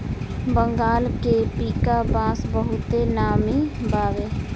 बंगाल के पीका बांस बहुते नामी बावे